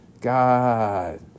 God